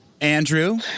Andrew